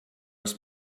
was